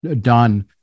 done